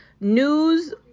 news